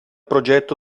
progetto